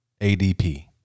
ADP